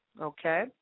Okay